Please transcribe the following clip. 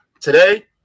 today